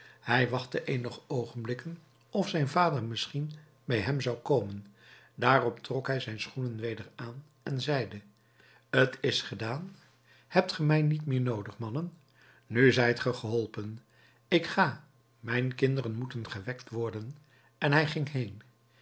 hij wachtte eenige oogenblikken of zijn vader misschien bij hem zou komen daarop trok hij zijn schoenen weder aan en zeide t is gedaan hebt gij mij niet meer noodig mannen nu zijt ge geholpen ik ga mijn kinderen moeten gewekt worden en hij ging heen